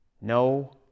no